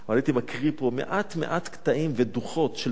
אבל הייתי מקריא פה מעט מעט קטעים ודוחות של